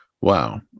Wow